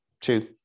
two